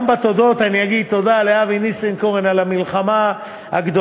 גם בדברי התודות אני אגיד תודה לאבי ניסנקורן על המלחמה הגדולה,